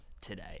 today